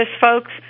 folks